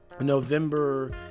November